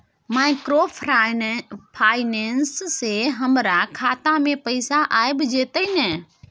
Microfinance से हमारा खाता में पैसा आबय जेतै न?